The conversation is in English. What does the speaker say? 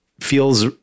feels